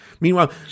Meanwhile